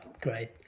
great